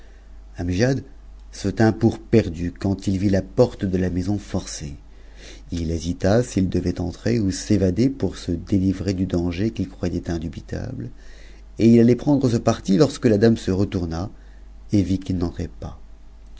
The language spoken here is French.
se tint pour perdu quand il vit la porte de la maison forcée il hésita s'il devait entrer ou s'évader pour se délivrer du danger qu'il topit indubitable et il allait prendre ce parti lorsque la dame se ctouru et vit qu'if n'entrait pas